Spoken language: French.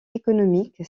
économique